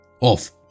Off